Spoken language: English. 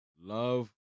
Love